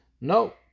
No